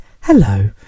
hello